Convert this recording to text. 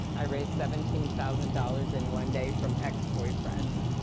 i raised seventeen thousand dollars in one day from ex-boyfriends.